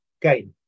game